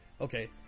Okay